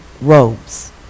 robes